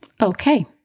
Okay